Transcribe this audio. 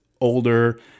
older